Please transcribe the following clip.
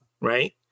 right